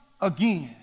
again